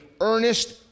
earnest